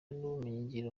n’ubumenyingiro